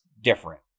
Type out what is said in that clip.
different